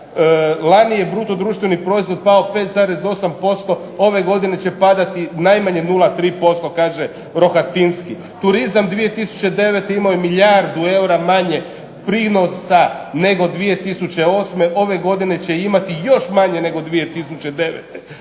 Lani je BDP pao 5,8% ove godine će padati najmanje 0,3% kaže Rohatinski. Turizam 2009. imao je milijardu eura manje prinosa nego 2008., ove godine će imati još manje nego 2009.